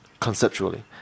conceptually